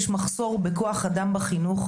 יש מחסור בכוח אדם בחינוך,